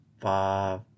five